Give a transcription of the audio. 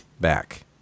back